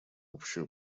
общую